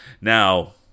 Now